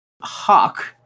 Hawk